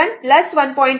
77 1